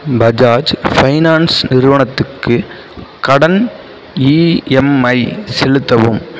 Bajaj finance நிறுவனத்துக்கு கடன் EMI செலுத்தவும்